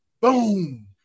Boom